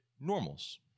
normals